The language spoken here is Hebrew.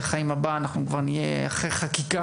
החיים הבא אנחנו כבר נהיה אחרי חקיקה,